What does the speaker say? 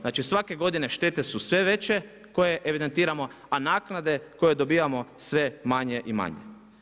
Znači, svake godine štete su sve veće koje evidentiramo, a naknade koje dobivamo sve manje i manje.